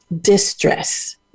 distress